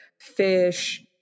fish